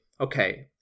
Okay